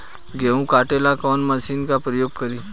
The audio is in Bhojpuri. गेहूं काटे ला कवन मशीन का प्रयोग करी?